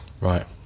Right